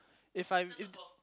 if I if